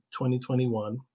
2021